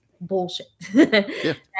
bullshit